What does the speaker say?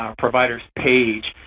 um providers page,